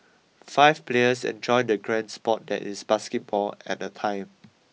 five players enjoy the grand sport that is basketball at a time